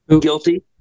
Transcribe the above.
guilty